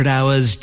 Hours